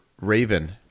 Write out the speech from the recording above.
Raven